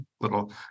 little